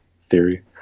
theory